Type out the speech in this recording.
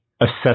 assess